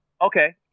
Okay